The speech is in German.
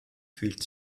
fühlt